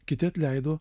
kiti atleido